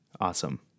Awesome